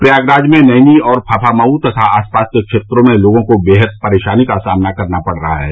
प्रयागराज में नैनी और फाफामऊ तथा आसपास के द्वेत्रों में लोगों को बेहद परेशानी का सामना करना पड़ रहा है